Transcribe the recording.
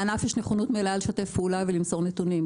לענף יש נכונות מלאה לשתף פעולה ולמסור נתונים.